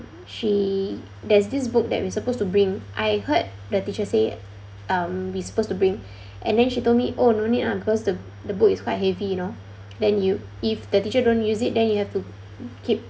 she there's this book that we supposed to bring I heard the teacher say um we supposed to bring and then she told me oh no need ah because the the book is quite heavy you know then you if the teacher don't use it then you have to keep